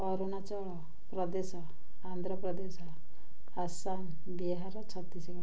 Arunachal Pradesh Andhra Pradesh Assam Bihar Chhattisgarh